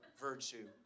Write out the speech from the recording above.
virtue